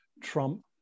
Trump